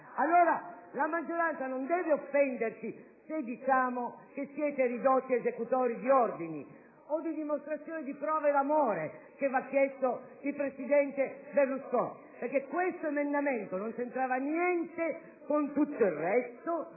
milioni. La maggioranza non deve offendersi se diciamo che siete ridotti ad essere esecutori di ordini o di dimostrazioni di prove d'amore che vi ha chiesto il presidente Berlusconi. Questo emendamento non c'entrava niente con tutto il resto: